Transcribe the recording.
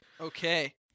Okay